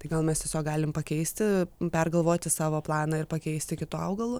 tai gal mes tiesiog galim pakeisti pergalvoti savo planą ir pakeisti kitu augalu